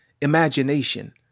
imagination